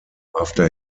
after